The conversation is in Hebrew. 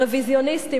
רוויזיוניסטים,